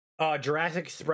Jurassic